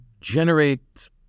generate